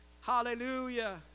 Hallelujah